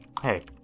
Hey